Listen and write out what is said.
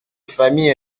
famille